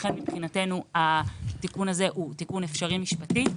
לכן מבחינתנו התיקון הזה הוא תיקון אפשרי משפטית.